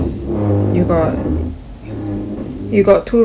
you got you got too many